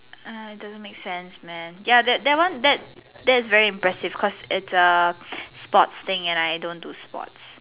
ah doesn't make sense man ya that one that that that's very impressive cause it's a sports thing and I don't do sports